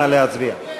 נא להצביע.